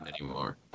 anymore